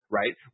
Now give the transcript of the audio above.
right